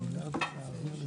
במה עסקה העתירה?